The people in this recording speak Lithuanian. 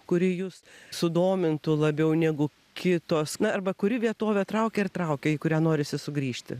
kuri jus sudomintų labiau negu kitos na arba kuri vietovė traukia ir traukia į kurią norisi sugrįžti